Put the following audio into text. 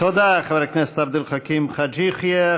תודה, חבר הכנסת עבד אל חכים חאג' יחיא.